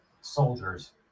soldiers